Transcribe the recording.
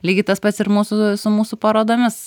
lygiai tas pats ir mūsų su mūsų parodomis